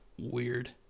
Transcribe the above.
Weird